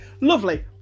Lovely